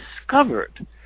discovered